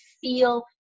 feel